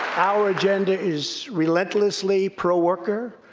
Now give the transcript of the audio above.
our agenda is relentlessly pro-worker,